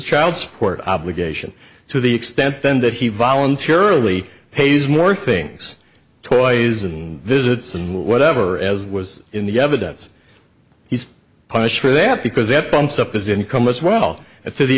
child support obligation to the extent then that he voluntarily pays more things toys and visits and whatever as was in the evidence he's punished for that because it bumps up his income as well as to the